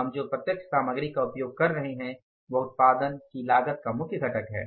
हम जो प्रत्यक्ष सामग्री का उपयोग कर रहे हैं वह उत्पादन की लागत का मुख्य घटक है